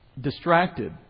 distracted